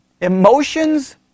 emotions